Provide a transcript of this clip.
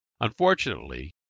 Unfortunately